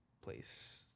place